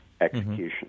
execution